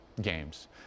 games